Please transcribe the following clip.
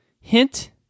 Hint